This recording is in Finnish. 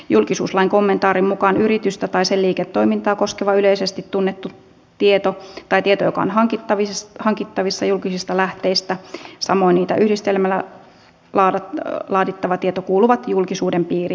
julkisuuslain kommentaarin mukaan yritystä tai sen liiketoimintaa koskeva yleisesti tunnettu tieto tai tieto joka on hankittavissa julkisista lähteistä ja samoin niitä yhdistelemällä laadittava tieto kuuluu julkisuuden piiriin